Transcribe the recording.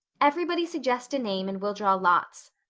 everybody suggest a name and we'll draw lots.